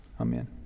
Amen